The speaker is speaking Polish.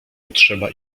potrzeba